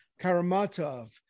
karamatov